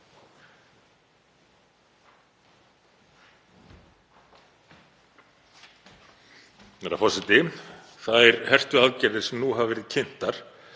Þær hertu aðgerðir sem nú hafa verið kynntar